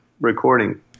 recording